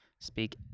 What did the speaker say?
speak